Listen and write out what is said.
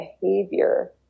behavior